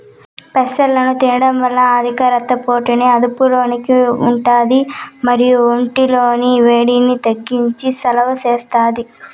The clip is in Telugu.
పెసలను తినడం వల్ల అధిక రక్త పోటుని అదుపులో ఉంటాది మరియు ఒంటి లోని వేడిని తగ్గించి సలువ చేస్తాది